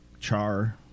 char